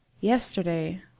Yesterday